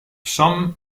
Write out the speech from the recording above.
some